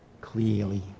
Clearly